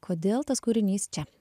kodėl tas kūrinys čia